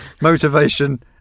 Motivation